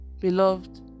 Beloved